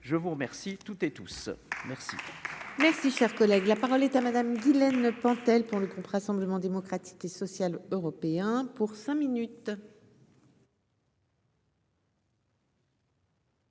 je vous remercie toutes et tous. Merci, merci, cher collègue, la parole est à madame Pentel pour le groupe. Rassemblement démocratique et social européen pour cinq minutes.